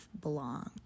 belonged